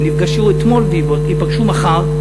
נפגשו אתמול וייפגשו מחר,